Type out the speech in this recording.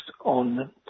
on